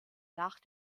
nach